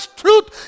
truth